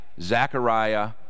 Zechariah